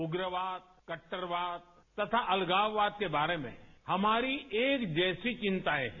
उग्रवाद कट्टरवाद तथा अलगाववाद के बारे में हमारी एक जैसी चिंताएं हैं